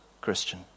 Christian